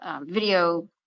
video